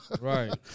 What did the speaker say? Right